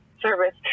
service